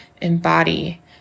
embody